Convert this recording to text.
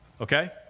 Okay